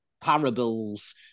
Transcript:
parables